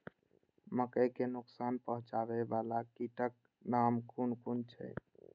मके के नुकसान पहुँचावे वाला कीटक नाम कुन कुन छै?